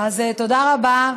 תודה רבה,